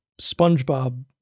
SpongeBob